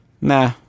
Nah